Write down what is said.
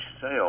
sale